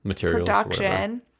production